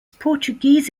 portuguese